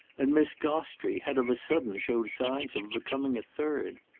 and miss gostrey had of a sudden shown signs of becoming a third.